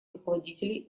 руководителей